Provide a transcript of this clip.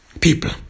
people